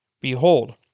Behold